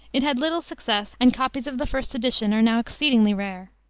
it had little success, and copies of the first edition are now exceedingly rare.